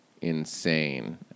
insane